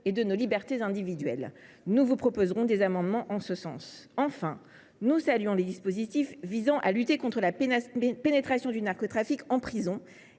et de nos libertés individuelles. Nous vous proposerons des amendements en ce sens. Enfin, nous saluons les dispositifs visant à lutter contre la pénétration du narcotrafic en prison.